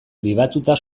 erronka